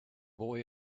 boy